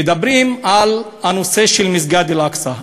מדברים על הנושא של מסגד אל-אקצא.